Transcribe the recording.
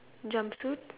jump suit